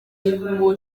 ijuru